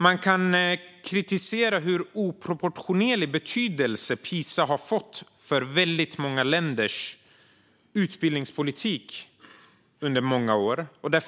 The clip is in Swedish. Man kan kritisera hur oproportionerlig betydelse PISA har fått för många länders utbildningspolitik under många år.